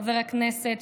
חבר הכנסת,